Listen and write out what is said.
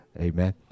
Amen